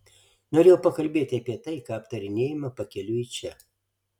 norėjau pakalbėti apie tai ką aptarinėjome pakeliui į čia